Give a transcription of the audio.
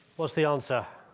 what's the answer?